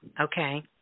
Okay